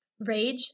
rage